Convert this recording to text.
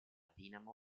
dinamo